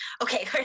Okay